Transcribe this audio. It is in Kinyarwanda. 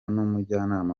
n’umujyanama